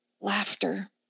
laughter